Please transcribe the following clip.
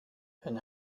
hun